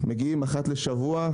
מגיעים אחת לשבוע,